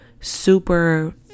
super